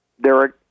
Derek